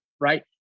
right